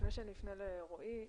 לפני שאפנה לרועי כהן,